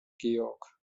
georg